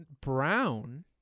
brown